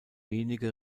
wenige